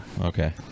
okay